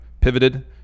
pivoted